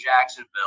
Jacksonville